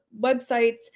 websites